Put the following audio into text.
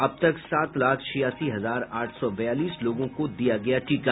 अब तक सात लाख छियासी हजार आठ सौ बयालीस लोगों को दिया गया टीका